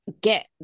get